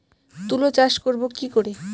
তুলা চাষ করব কি করে?